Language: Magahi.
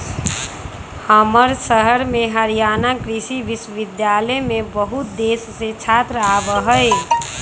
हमर शहर में हरियाणा कृषि विश्वविद्यालय में बहुत देश से छात्र आवा हई